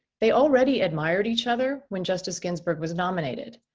they already admired each other when justice ginsburg was nominated.